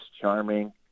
charming